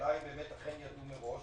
השאלה היא אם אכן ידעו מראש.